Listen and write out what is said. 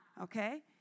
okay